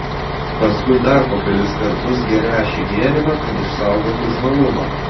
paskui dar po kelis kartus gerią šį gėrimą kad išsaugotų žvalumą